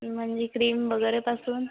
म्हणजे क्रीम वगैरेपासून